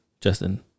Justin